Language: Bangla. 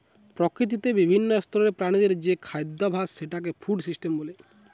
প্রকৃতিতে বিভিন্ন স্তরের প্রাণীদের যে খাদ্যাভাস সেটাকে ফুড সিস্টেম বলে